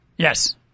Yes